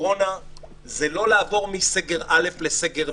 זה לא לעבור מסגר א' לסגר ב',